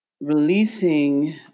Releasing